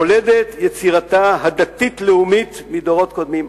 מולדת יצירתה הדתית-לאומית מדורות קודמים,